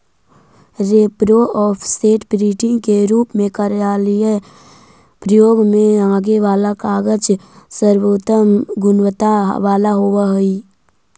repro, offset, printing के रूप में कार्यालयीय प्रयोग में आगे वाला कागज सर्वोत्तम गुणवत्ता वाला होवऽ हई